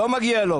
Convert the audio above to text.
לא מגיע לו,